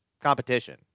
competition